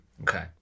Okay